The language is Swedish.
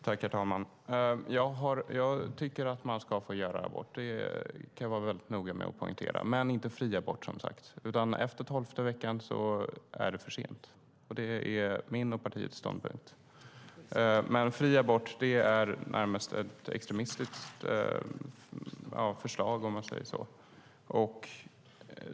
Herr talman! Jag tycker att man ska få göra abort. Det vill jag vara noga med att poängtera. Men det ska inte vara fri abort, utan efter tolfte veckan är det för sent. Det är min och partiets ståndpunkt. Fri abort är närmast ett extremistiskt förslag, om man säger så.